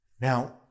Now